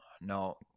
no